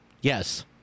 Yes